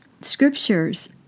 Scriptures